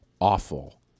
awful